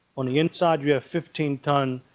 on the inside, you have fifteen ton